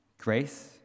Grace